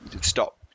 stop